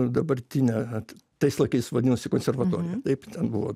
dabartinę tais laikais vadinosi konservatorija taip ten buvo